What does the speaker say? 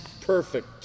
perfect